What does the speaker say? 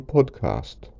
Podcast